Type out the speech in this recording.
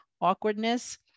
awkwardness